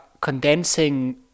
condensing